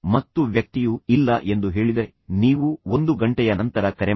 ಮತ್ತು ವ್ಯಕ್ತಿಯು ಇಲ್ಲ ಎಂದು ಹೇಳಿದರೆ ನೀವು 1 ಗಂಟೆಯ ನಂತರ ಕರೆ ಮಾಡಿ